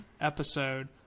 episode